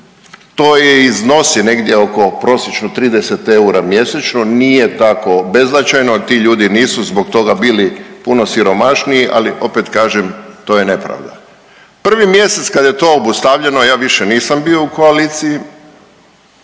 To i iznosi negdje oko prosječno 30 eura mjesečno, nije tako beznačajno, ti ljudi nisu zbog toga bilo puno siromašniji, ali opet kažem to je nepravda. Prvi mjesec kad je to obustavljeno ja više nisam bio u koaliciji.